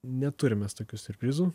neturim mes tokių siurprizų